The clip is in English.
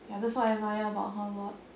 ya that's why I admire about her a lot